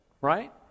Right